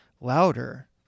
louder